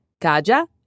Kaja